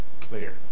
clear